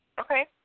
Okay